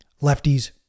lefties